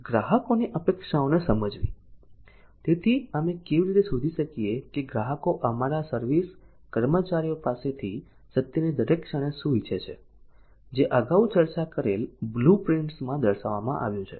ગ્રાહકોની અપેક્ષાઓને સમજવી તેથી અમે કેવી રીતે શોધી શકીએ કે ગ્રાહકો અમારા સર્વિસ કર્મચારીઓ પાસેથી સત્યની દરેક ક્ષણે શું ઇચ્છે છે જે અગાઉ ચર્ચા કરેલ બ્લુપ્રિન્ટ્સમાં દર્શાવવામાં આવ્યું છે